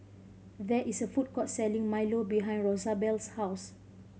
there is a food court selling milo behind Rosabelle's house